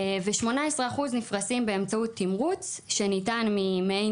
ו-18% נפרסים באמצעות תמרוץ שניתן ממעין